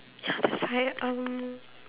ya that's why um